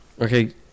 Okay